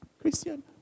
Christian